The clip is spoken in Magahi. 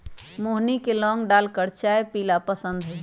मोहिनी के लौंग डालकर चाय पीयला पसंद हई